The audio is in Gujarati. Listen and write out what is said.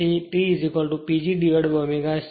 તેથી T PGω S